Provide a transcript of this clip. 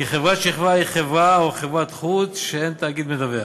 כי חברת שכבה היא חברה או חברת-חוץ שהן תאגיד מדווח,